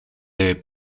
the